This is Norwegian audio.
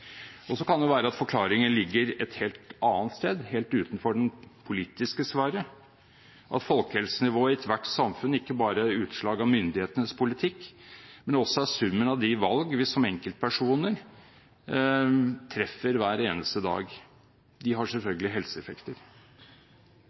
Så kan det være at forklaringen ligger et helt annet sted, helt utenfor den politiske sfære, at folkehelsenivået i ethvert samfunn ikke bare er utslag av myndighetenes politikk, men at det også er summen av de valg vi som enkeltpersoner treffer hver eneste dag. De har